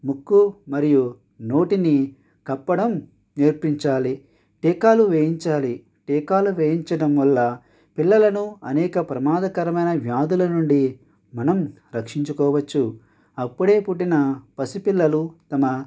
ముక్కు మరియు నోటిని కప్పడం నేర్పించాలి టీకాలు వేయించాలి టీకాలు వేయించడం వల్ల పిల్లలను అనేక ప్రమాదకరమైన వ్యాధుల నుండి మనము రక్షించుకోవచ్చు అప్పుడే పుట్టిన పసిపిల్లలు తమ